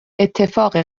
اتفاق